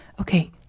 okay